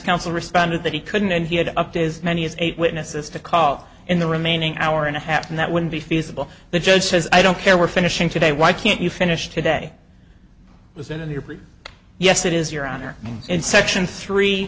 counsel responded that he couldn't and he had upped is many as eight witnesses to call in the remaining hour and a half and that wouldn't be feasible the judge says i don't care we're finishing today why can't you finish today it was in your yes it is your honor in section three